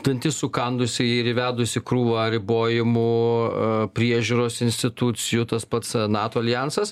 dantis sukandusi ir įvedusi krūvą ribojimų priežiūros institucijų tas pats nato aljansas